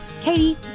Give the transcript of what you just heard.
Katie